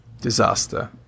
Disaster